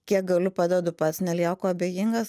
kiek galiu padedu pats nelieku abejingas